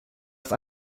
ist